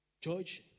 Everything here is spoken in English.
Judge